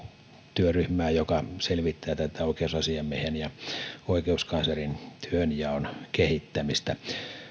työryhmää joka selvittää tätä oikeusasiamiehen ja oikeuskanslerin työnjaon kehittämistä